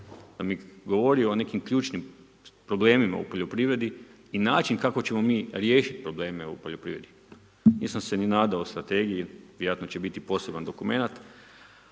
Pa mi govori o nekim ključnim problemima u poljoprivredi i način kako ćemo mi riješiti probleme u poljoprivredi. Nisam se ni nadao strategiji i ako će biti poseban dokumenat.